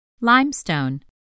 Limestone